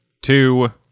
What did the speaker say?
two